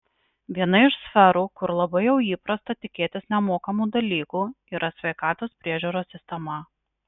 viena iš sferų kur labai jau įprasta tikėtis nemokamų dalykų yra sveikatos priežiūros sistema